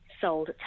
sold